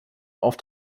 auf